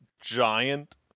giant